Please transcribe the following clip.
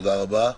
תודה רבה.